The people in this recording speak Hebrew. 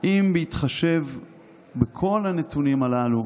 אם בהתחשב בכל הנתונים הללו